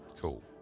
cool